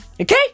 Okay